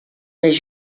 més